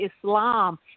Islam